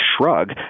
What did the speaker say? shrug